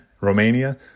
Romania